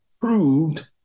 proved